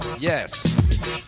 Yes